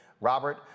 Robert